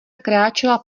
kráčela